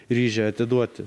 ryžę atiduoti